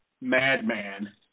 madman